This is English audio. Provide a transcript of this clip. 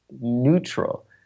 neutral